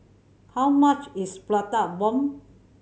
how much is Prata Bomb